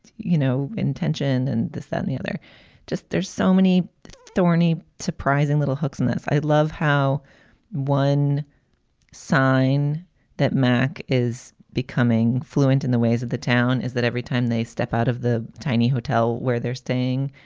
you know, intention. and this, that and the other just there's so many thorny, surprising little hooks in this. i love how one sign that mac is becoming fluent in the ways of the town is that every time they step out of the tiny hotel where they're staying,